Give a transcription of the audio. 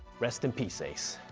rest in piece ace,